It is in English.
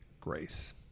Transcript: grace